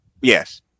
Yes